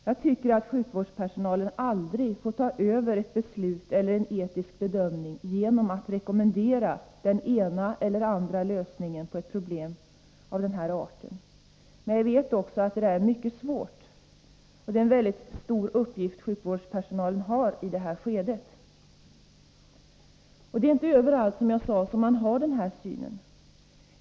Jag tycker att sjukvårdspersonalen aldrig får ta över ett beslut eller en etisk bedömning genom att rekommendera den ena eller andra lösningen på ett problem av den arten. Men jag vet också att det är en mycket svår uppgift som sjukvårdspersonalen har i detta skede. Man har inte denna syn överallt, som jag sade.